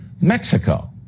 Mexico